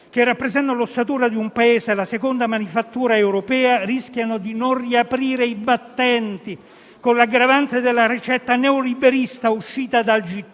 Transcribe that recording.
che rappresentano l'ossatura di un Paese che è la seconda manifattura europea, rischia di non riaprire i battenti, con l'aggravante della ricetta neoliberista uscita dal G30,